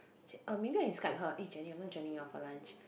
uh maybe I Skype her eh Jenny I'm not joining you all for lunch